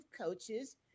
coaches